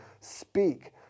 speak